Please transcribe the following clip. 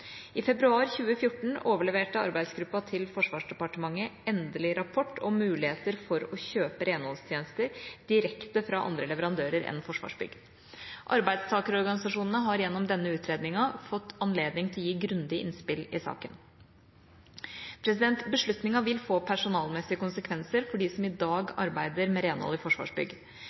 I februar 2014 overleverte arbeidsgruppa til Forsvarsdepartementet endelig rapport om muligheter for å kjøpe renholdstjenester direkte fra andre leverandører enn Forsvarsbygg. Arbeidstakerorganisasjonene har gjennom denne utredninga fått anledning til å gi grundig innspill i saken. Beslutninga vil få personalmessige konsekvenser for dem som i dag arbeider med renhold i Forsvarsbygg.